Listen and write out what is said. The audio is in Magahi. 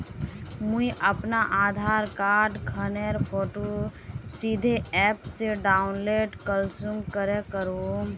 मुई अपना आधार कार्ड खानेर फोटो सीधे ऐप से डाउनलोड कुंसम करे करूम?